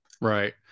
Right